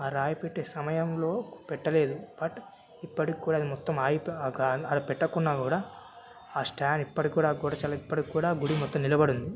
ఆ రాయి పెట్టే సమయంలో పెట్టలేదు బట్ ఇప్పటికి కూడా అది మొత్తం ఆగిపో అది పెట్టకుండా కూడా ఆ స్టాండ్ ఇప్పటికి కూడా ఆ గోడ చాలా ఇప్పటికి కూడా గుడి మొత్తం నిలబడింది